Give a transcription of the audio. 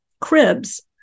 cribs